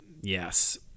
yes